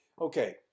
Okay